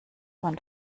man